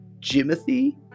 Jimothy